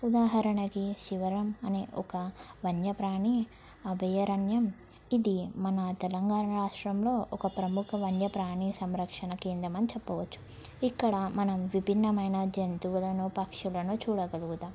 ఉదాహరణకి శివరాం అనే ఒక వన్యప్రాణి అభయారణ్యం ఇది మన తెలంగాణ రాష్ట్రంలో ఒక ప్రముఖ వన్యప్రాణి సంరక్షణ కేంద్రం అని చెప్పవచ్చు ఇక్కడ మనం విభిన్నమైన జంతువులను పక్షులను చూడగలుగుతాం